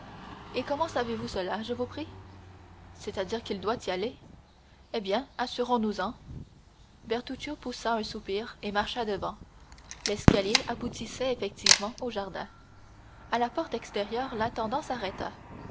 et comment savez-vous cela je vous prie c'est-à-dire qu'il doit y aller eh bien assurons nous en bertuccio poussa un soupir et marcha devant l'escalier aboutissait effectivement au jardin à la porte extérieure l'intendant s'arrêta